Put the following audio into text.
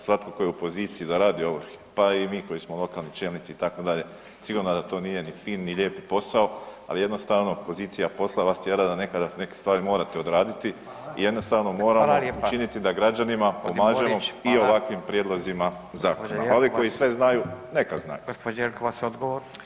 Svatko tko je u poziciji da radi ovrhe, pa i mi koji smo lokalni čelnici itd., sigurno da to nije ni fin ni lijep posao, ali jednostavno pozicija posla nas tjera da nekada neke stvari morate odraditi i jednostavno moramo učiniti da građanima pomažemo i [[Upadica Radin: G. Borić, hvala.]] ovakvim prijedlozima zakona, a ovi koji sve znaju, neka znaju.